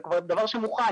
זה כבר דבר שמוכן.